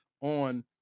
on